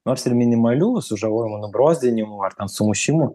nors ir minimalių sužalojimų nubrozdinimų ar ten sumušimų